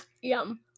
Yum